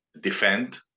defend